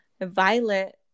Violet